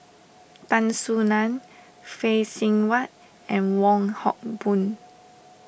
Tan Soo Nan Phay Seng Whatt and Wong Hock Boon